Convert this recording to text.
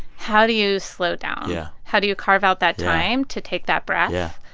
how do you slow down? yeah how do you carve out that time to take that breath. yeah.